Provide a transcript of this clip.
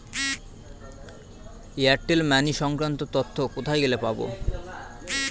Airtel money সংক্রান্ত তথ্য কোথায় গেলে পাব?